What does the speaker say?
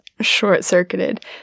short-circuited